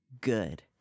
good